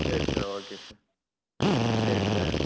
சரி sir okay sir சரி sir